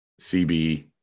CB